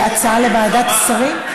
ההצעה לוועדת שרים?